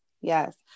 Yes